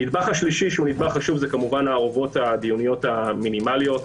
הנדבך השלישי זה כמובן ה- -- הדיוניות המינימליות,